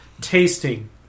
Tasting